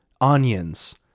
onions